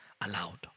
allowed